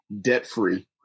debt-free